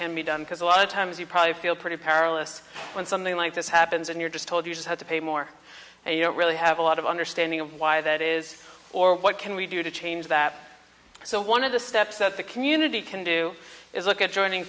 can be done because a lot of times you probably feel pretty perilous when something like this happens and you're just told you should have to pay more and you know really have a lot of understanding of why that is or what can we do to change that so one of the steps that the community can do is look at joining